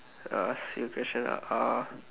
uh I ask you a question ah uh